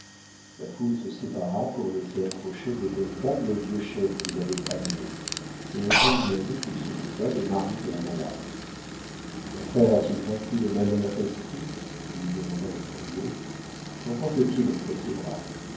la foule se sépara pour laisser approcher de duncan le vieux chef qui l'avait amené et un jeune guerrier qu'il supposa le mari de la malade mon frère a-t-il vaincu le malin esprit lui demanda le premier quemporte il entre ses bras